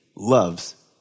Loves